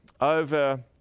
over